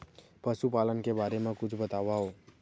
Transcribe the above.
पशुपालन के बारे मा कुछु बतावव?